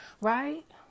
Right